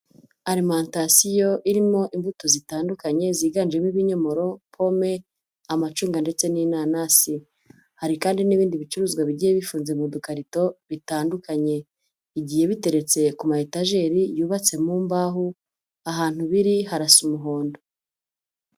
Alimantasiyo irimo imbuto zitandukanye, ziganjemo ibinyomoro, pome, amacunga ndetse n'inanasi. Hari kandi n'ibindi bicuruzwa bigiye bifunze mu dukarito bitandukanye. Bigiye biteretse ku mayetajeri yubatse mu mbaho, ahantu biri harasa umuhondo.